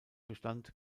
bestand